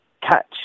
catch